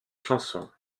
chanson